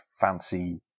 fancy